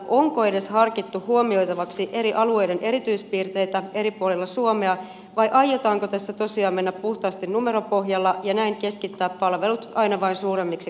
onko edes harkittu huomioitavaksi eri alueiden erityispiirteitä eri puolilla suomea vai aiotaanko tässä tosiaan mennä puhtaasti numeropohjalla ja näin keskittää palvelut aina vain suuremmiksi kasvaviin yksiköihin